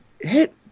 hit